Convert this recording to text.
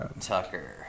Tucker